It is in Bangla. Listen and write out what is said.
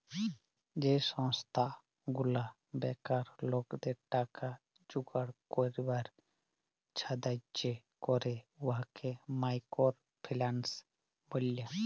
যে সংস্থা গুলা বেকার লকদের টাকা জুগাড় ক্যইরবার ছাহাজ্জ্য ক্যরে উয়াকে মাইকর ফিল্যাল্স ব্যলে